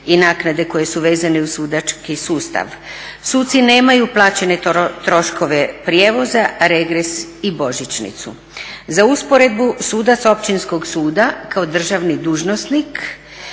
i naknade koje su vezane uz sudački sustav. Suci nemaju plaćene troškove prijevoza, regres i božićnicu. Za usporedbu sudac Općinskog suda kao državni dužnosnik